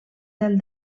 del